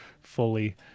fully